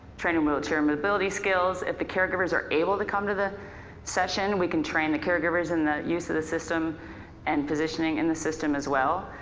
training wheelchair mobility skills. if the caregivers are able to come to the session we can train the caregivers in the use of the system and positioning in the system as well,